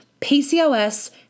PCOS